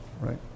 right